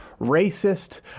racist